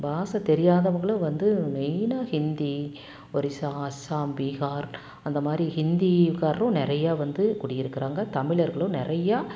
பாசை தெரியாதவங்களும் வந்து மெயினாக ஹிந்தி ஒரிசா அஸ்ஸாம் பீகார் அந்தமாதிரி ஹிந்திக்காரரும் நிறையா வந்து குடி இருக்கிறாங்க தமிழர்களும் நிறையா